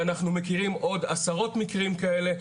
ואנחנו מכירים עוד עשרות מקרים כאלה.